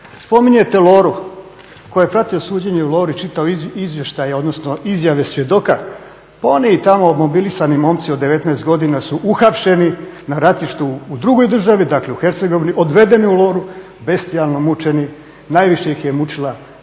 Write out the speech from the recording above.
Spominjete Loru. Tko je pratio suđenje u Lori, čitao izvještaje, odnosno izjave svjedoka, pa oni tamo mobilisani momci od 19 godina su uhapšeni na ratištu u drugoj državi, dakle u Hercegovini, odvedeni u Loru, … mučenje, najviše ih je mučila jedna